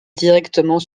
directement